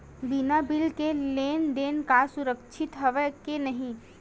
बिना बिल के लेन देन म सुरक्षा हवय के नहीं?